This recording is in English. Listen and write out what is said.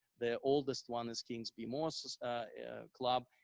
the oldest one is kings bmos club.